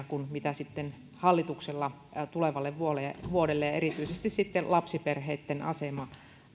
kuin hallituksella tulevalle vuodelle vuodelle ja erityisesti sitten lapsiperheitten asema